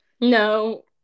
No